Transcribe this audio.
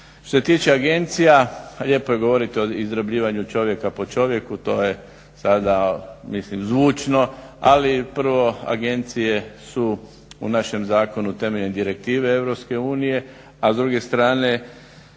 Što se tiče agencija, lijepo je govoriti o izrabljivanju čovjeka po čovjeku, to je sada mislim zvučno. Ali prvo agencije su u našem Zakonu temeljem direktive Europske unije a s druge strane